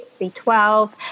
b12